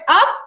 up